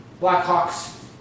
Blackhawks